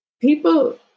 people